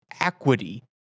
equity